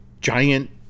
giant